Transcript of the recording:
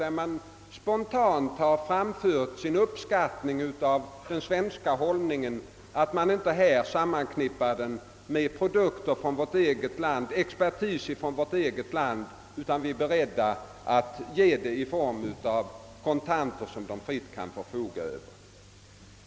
De har spontant framfört sin uppskattning av vår hållning att inte som villkor stäl la leverans av produkter och anlitande av expertis från vårt eget land, utan att vi är beredda att ge bidraget i form av kontanter, som mottagarlandet fritt kan förfoga över.